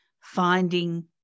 finding